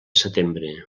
setembre